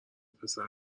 پسر